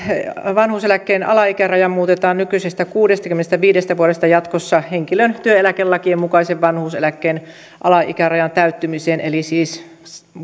vanhuuseläkkeen alaikäraja muutetaan nykyisestä kuudestakymmenestäviidestä vuodesta jatkossa henkilön työeläkelakien mukaisen vanhuuseläkkeen alaikärajan täyttymiseen eli siis